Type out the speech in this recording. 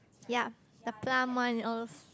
ya the plump one lor